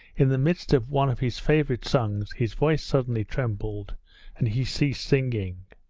in the midst of one of his favourite songs his voice suddenly trembled and he ceased singing,